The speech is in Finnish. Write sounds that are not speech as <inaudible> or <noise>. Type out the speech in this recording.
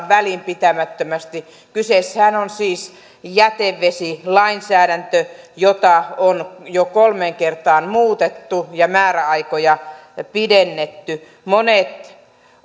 <unintelligible> välinpitämättömästi kyseessähän on siis jätevesilainsäädäntö jota on jo kolmeen kertaan muutettu ja määräaikoja pidennetty monet